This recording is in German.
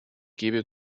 gebe